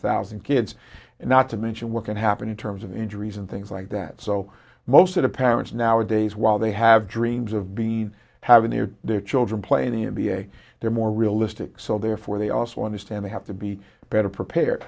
thousand kids and not to mention what can happen in terms of injuries and things like that so most of the parents nowadays while they have dreams of being having their their children play in the n b a they're more realistic so therefore they also understand they have to be better prepared